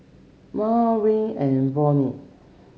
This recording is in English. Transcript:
Miah Wright and Vonnie